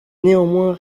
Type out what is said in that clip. néanmoins